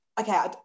okay